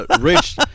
Rich